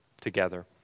together